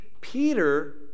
Peter